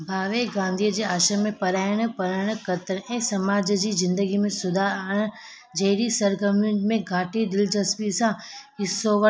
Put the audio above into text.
भावे गांधी जे आश्रम में पढ़ाइणु पढ़णु कतर ऐं समाज जी ज़िदंगी में सुधार आणणु जहिड़ी सरगर्मियुनि में घाटी दिलचस्पी सां हिसो व